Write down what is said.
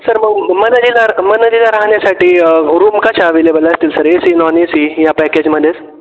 sir म मनाली मनालीला राहण्यासाठी रूम कशा अवेलेबल असतील sir A C non A C या पॅकेजमध्येच